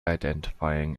identifying